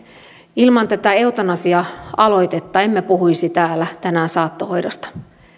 ilman tätä eutanasia aloitetta emme puhuisi täällä tänään saattohoidosta